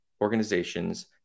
organizations